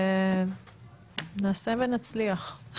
ונעשה ונצליח.